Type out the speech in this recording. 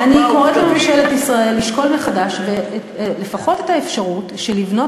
אני קוראת לממשלת ישראל לשקול מחדש לפחות את האפשרות לבנות